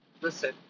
listen